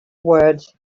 words